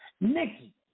Nikki